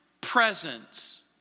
presence